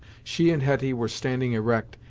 she and hetty were standing erect,